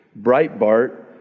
Breitbart